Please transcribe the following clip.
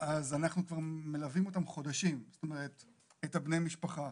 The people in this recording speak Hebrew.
אז אנחנו כבר מלווים אותם חודשים, את בני המשפחה,